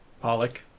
Pollock